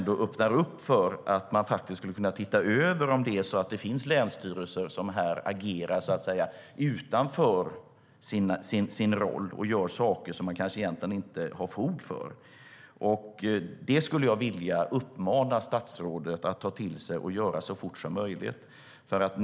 Det öppnar ändå för att man skulle kunna se över ifall det finns länsstyrelser som agerar utanför sin roll och gör saker som de kanske inte har fog för egentligen. Jag skulle vilja uppmana statsrådet att ta till sig det och se över det så fort som möjligt.